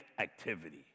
activity